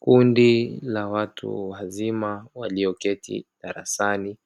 Kundi la watu wazima walioketi darasani